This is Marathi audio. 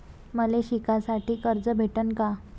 मले शिकासाठी कर्ज भेटन का?